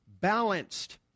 Balanced